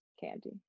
candy